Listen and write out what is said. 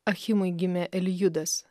achimui gimė elijudas